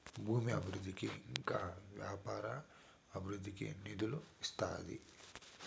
భూమి అభివృద్ధికి ఇంకా వ్యాపార అభివృద్ధికి నిధులు ఇస్తాది